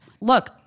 Look